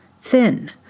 thin